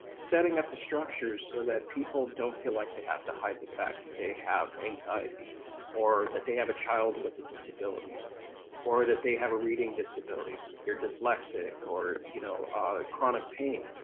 setting up the structures so that people don't feel like they have to hide the fact that they have anxiety or that they have a child with a disability or that they have a reading disability, they're dyslexic, or you know chronic pain.